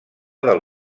del